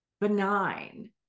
benign